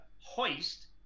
hoist